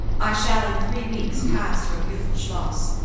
i shall in three weeks pass your beautiful schloss,